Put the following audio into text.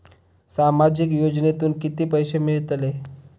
सामाजिक योजनेतून किती पैसे मिळतले?